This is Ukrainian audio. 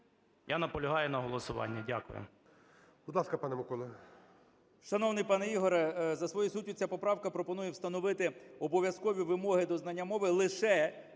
Я наполягаю на голосуванні. Дякую.